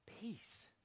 peace